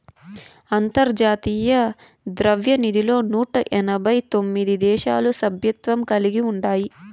అంతర్జాతీయ ద్రవ్యనిధిలో నూట ఎనబై తొమిది దేశాలు సభ్యత్వం కలిగి ఉండాయి